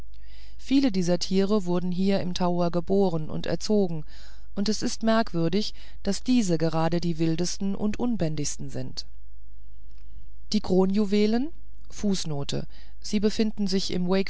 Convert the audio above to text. viele dieser tiere wurden hier im tower geboren und erzogen und es ist merkwürdig daß diese gerade die wildesten und unbändigsten sind die kronjuwelen fußnote sie befinden sich